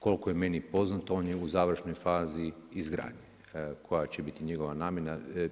Koliko je meni poznato on je u završno fazi izgradnje, koja će biti njegova namjena.